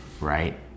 right